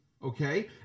Okay